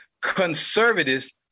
conservatives